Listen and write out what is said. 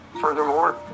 Furthermore